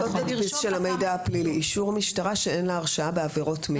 אישור משטרה שאין לה הרשעה בעבירות מין.